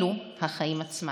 אלו החיים עצמם,